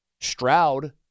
Stroud